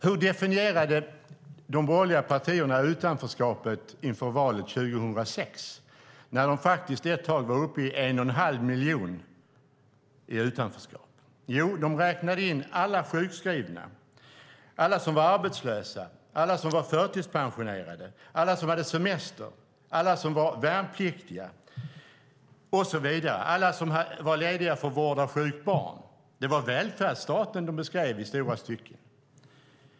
Hur definierade de borgerliga partierna utanförskapet inför valet 2006, när de ett tag var uppe i en och en halv miljon i utanförskap? Jo, de räknade in alla sjukskrivna, alla som var arbetslösa, alla som var förtidspensionerade, alla som hade semester, alla som var värnpliktiga, alla som var lediga för vård av sjukt barn, och så vidare. Det var välfärdsstaten de beskrev i stora stycken.